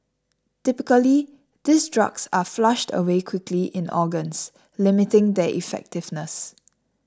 typically these drugs are flushed away quickly in organs limiting their effectiveness